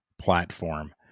platform